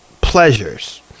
pleasures